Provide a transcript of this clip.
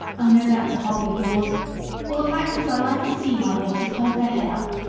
i know that's a hobby of yours well, the fact is, i like to see my horses hold their heads up.